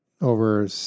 over